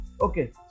okay